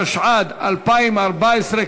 התשע"ד 2014,